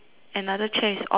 another chair is all blue